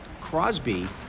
Crosby